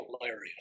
hilarious